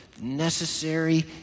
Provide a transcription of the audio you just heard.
necessary